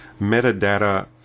metadata